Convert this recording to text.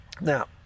Now